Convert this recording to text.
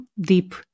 deep